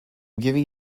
giving